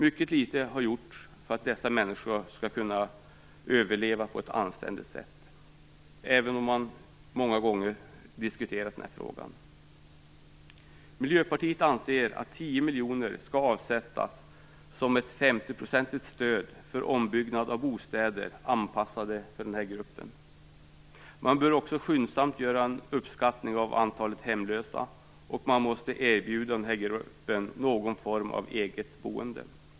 Mycket litet har gjorts för att dessa människor skall kunna överleva på ett anständigt sätt, även om man många gånger diskuterat denna fråga. Miljöpartiet anser att 10 miljoner skall avsättas som ett femtioprocentigt stöd för ombyggnad av bostäder anpassade för den här gruppen. Man bör också skyndsamt göra en uppskattning av antalet hemlösa, och man måste erbjuda den här gruppen någon form av eget boende.